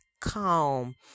calm